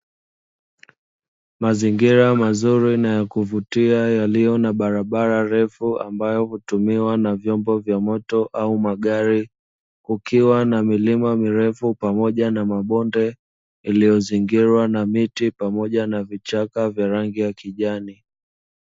Mazingira mazuri na ya kuvutia yaliyo na barabara refu ambayo hutumiwa na vyombo vya moto au magari, kukiwa na milima mirefu pamoja na mabonde, iliyozingirwa na miti pamoja na vichaka vya rangi ya kijani.